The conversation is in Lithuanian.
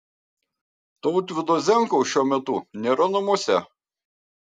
tautvydo zenkaus šiuo metu nėra namuose